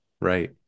right